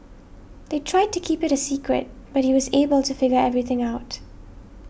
they tried to keep it a secret but he was able to figure everything out